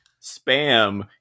spam